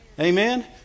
Amen